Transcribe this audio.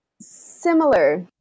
Similar